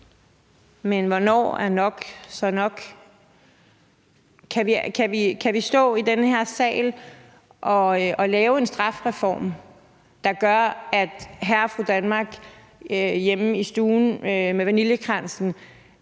Men hvornår er nok så nok? Kan vi stå i den her sal og lave en strafreform, der gør, at hr. og fru Danmark hjemme i stuen med vaniljekransen